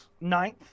ninth